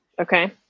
Okay